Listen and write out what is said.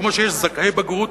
כמו שיש זכאי בגרות